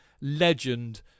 legend